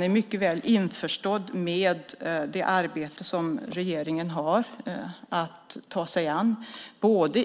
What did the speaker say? De är mycket väl införstådda med det arbete som regeringen har att ta sig an vad